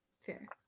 Fair